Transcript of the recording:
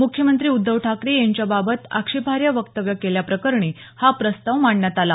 मुख्यमंत्री उद्धव ठाकरे यांच्याबाबत आक्षेपार्ह वक्तव्य केल्याप्रकरणी हा प्रस्ता मांडण्यात आला